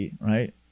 right